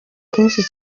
kenshi